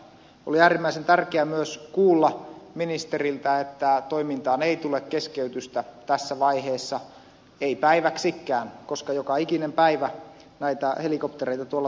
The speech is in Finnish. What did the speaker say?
oli äärimmäisen tärkeää myös kuulla ministeriltä että toimintaan ei tule keskeytystä tässä vaiheessa ei päiväksikään koska joka ikinen päivä näitä helikoptereita tuolla tarvitaan